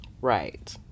Right